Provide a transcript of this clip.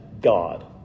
God